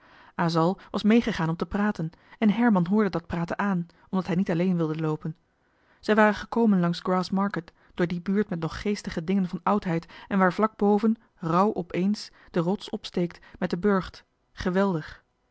asal was meegegaan om te praten en herman hoorde het praten aan omdat hij niet alleen wilde loopen zij waren gekomen langs grassmarket door die buurt met nog geestige dingen van oudheid en waar vlak boven rauw opééns de rots opsteekt met den burcht geweldig